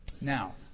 Now